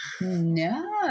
no